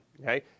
Okay